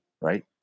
right